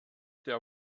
der